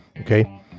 okay